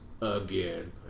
again